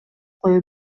кое